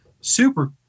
super